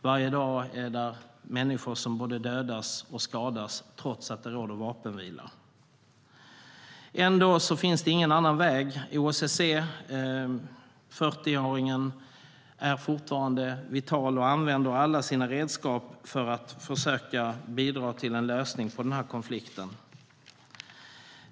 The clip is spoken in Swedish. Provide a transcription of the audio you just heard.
Varje dag är det människor som både dödas och skadas trots att det råder vapenvila. Ändå finns det ingen annan väg. OSSE, 40-åringen, är fortfarande vital och använder alla sina redskap för att försöka bidra till en lösning på den här konflikten.